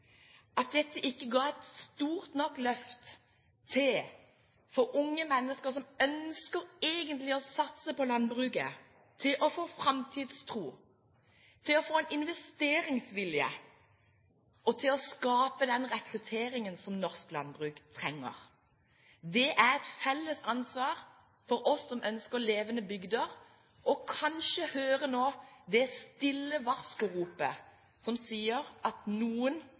at dette ikke ga et stort nok løft for unge mennesker som egentlig ønsker å satse på landbruket, til å få framtidstro, til å få en investeringsvilje og til å skape den rekrutteringen som norsk landbruk trenger. Det er et felles ansvar for oss som ønsker levende bygder, og kanskje nå hører det stille varskoropet som sier at noen